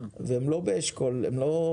והם לא עניים.